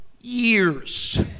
years